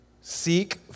Seek